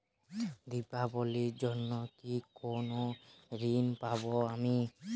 দীপাবলির জন্য কি কোনো ঋণ পাবো আমি?